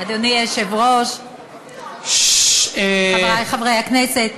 אדוני היושב-ראש, חברי חברי הכנסת,